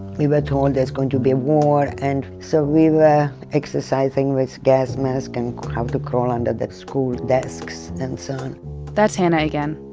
we were told there was going to be a war and so we were exercising with gas masks and how to crawl under the school desks and so on that's hana again.